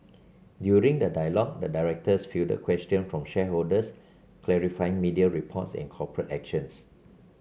during the dialogue the directors fielded questions from shareholders clarifying media reports and corporate actions